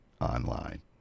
online